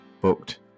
booked